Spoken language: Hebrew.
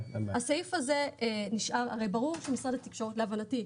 הרי ברור להבנתי,